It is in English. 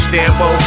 Sambo